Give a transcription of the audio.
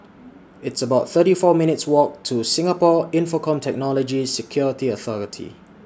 It's about thirty four minutes' Walk to Singapore Infocomm Technology Security Authority